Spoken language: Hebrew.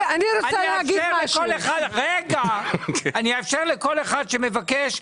אני אאפשר לכל אחד שמבקש.